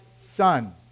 son